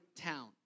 town